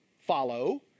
follow